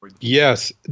Yes